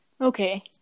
Okay